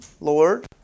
Lord